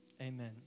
Amen